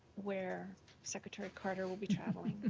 where secretary carter will be traveling.